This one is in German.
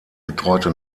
betreute